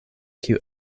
kiu